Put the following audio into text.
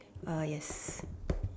uh yes